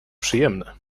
przyjemne